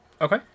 Okay